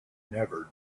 never